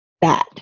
bad